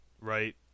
right